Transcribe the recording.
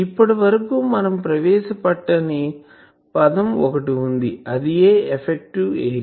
ఇప్పటివరకు మనం ప్రవేశపెట్టని పదం ఒకటి వుంది అదియే ఎఫెక్టివ్ ఏరియా